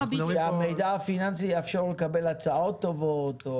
על המידע הפיננסי שיאפשר לו לקבל הצעות טובות או